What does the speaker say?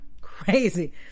crazy